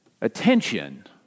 attention